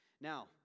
Now